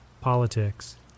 politics